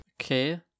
Okay